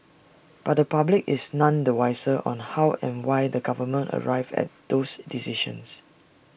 but the public is none the wiser on how and why the government arrived at those decisions